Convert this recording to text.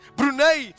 Brunei